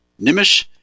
Nimish